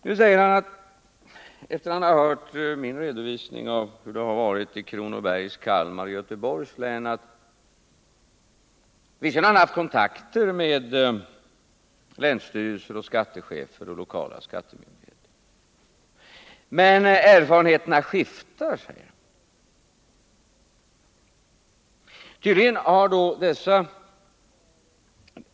Nu säger han efter att ha hört min redovisning av hur läget varit i Kronobergs, Kalmar och Göteborgs och Bohus län att han visserligen har haft kontakter med länsstyrelser, skattechefer och lokala skattemyndigheter men att erfarenheterna har skiftat.